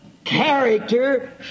character